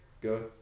Go